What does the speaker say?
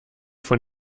von